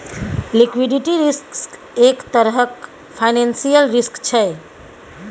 liquidity risk एक तरहक financial risk छै